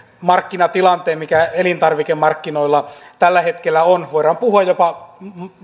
markkinatilanteen mikä elintarvikemarkkinoilla tällä hetkellä on voidaan puhua jopa